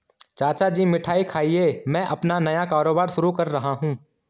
चाचा जी मिठाई खाइए मैं अपना नया कारोबार शुरू कर रहा हूं